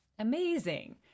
Amazing